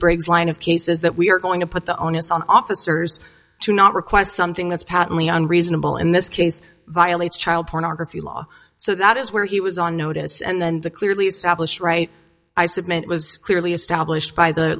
line of cases that we are going to put the onus on officers to not request something that's patently on reasonable in this case violates child pornography law so that is where he was on notice and then the clearly established right i submit was clearly established by the